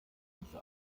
diese